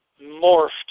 morphed